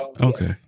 Okay